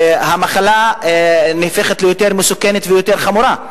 המחלה נהפכת יותר מסוכנת ויותר חמורה,